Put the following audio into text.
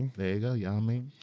there you go, ya mean.